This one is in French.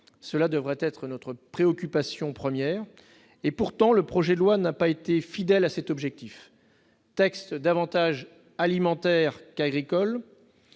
Cela devrait être notre préoccupation première. Pourtant, le projet de loi n'a pas été fidèle à cet objectif : à l'origine davantage alimentaire qu'agricole,